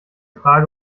frage